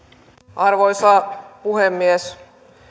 arvoisa puhemies